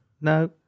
No